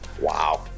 Wow